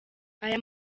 aya